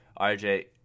RJ